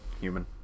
human